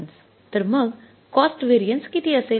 ठीक तर मग कॉस्ट व्हेरिएन्स किती असेल